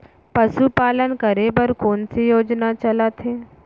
पशुपालन करे बर कोन से योजना चलत हे?